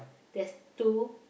there's two